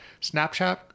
Snapchat